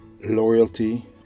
Loyalty